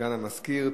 סגן המזכיר.